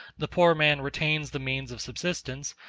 the poor man retains the means of subsistence,